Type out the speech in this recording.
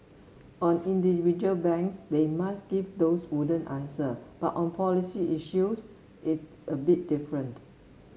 on individual banks they must give those wooden answer but on policy issues it's a bit different